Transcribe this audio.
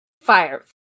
fire